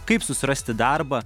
kaip susirasti darbą